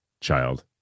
child